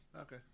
Okay